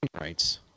rights